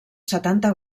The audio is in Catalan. setanta